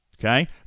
Okay